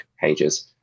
pages